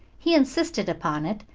he insisted upon it,